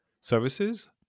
services